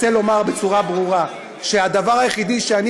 רוצה לומר בצורה ברורה שהדבר היחידי שאני